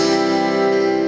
and